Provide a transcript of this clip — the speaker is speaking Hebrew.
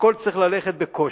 הכול צריך ללכת בקושי,